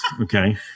Okay